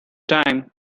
time